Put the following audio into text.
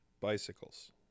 bicycles